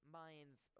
minds